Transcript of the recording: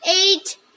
Eight